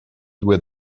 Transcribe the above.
due